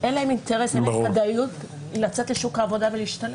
לא יהיה להם אינטרס לצאת לשוק העבודה ולנסות להשתלב.